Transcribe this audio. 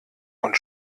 und